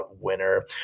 winner